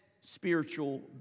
spiritual